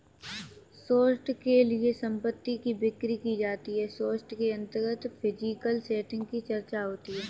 short के लिए संपत्ति की बिक्री की जाती है शॉर्ट के अंतर्गत फिजिकल सेटिंग की चर्चा होती है